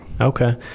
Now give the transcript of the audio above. Okay